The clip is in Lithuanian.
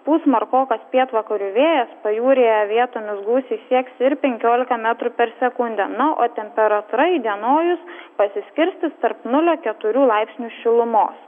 pūs smarkokas pietvakarių vėjas pajūryje vietomis gūsiai sieks ir penkiolika metrų per sekundę na o temperatūra įdienojus pasiskirstys tarp nulio keturių laipsnių šilumos